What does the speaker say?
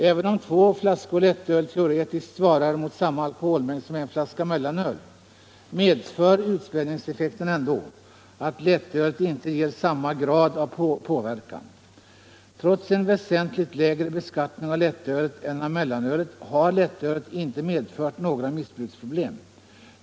Även om två flaskor lättöl teoretiskt svarar mot samma alkoholmängd som en flaska mellanöl, medför utspädningseffekten ändå att lättölet inte ger samma grad av påverkan. Trots en väsentligt lägre beskattning av lättölet än av mellanölet har lättölet inte medfört några missbruksproblem.